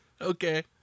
Okay